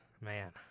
man